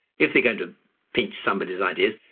if they're going to pinch somebody's ideas,